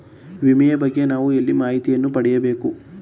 ವಿಮೆಯ ಬಗ್ಗೆ ನಾವು ಎಲ್ಲಿ ಮಾಹಿತಿಯನ್ನು ಪಡೆಯಬೇಕು?